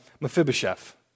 Mephibosheth